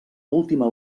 última